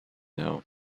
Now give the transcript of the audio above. now